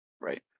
Right